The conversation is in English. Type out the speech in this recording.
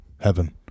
Heaven